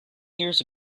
years